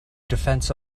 defense